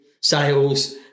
sales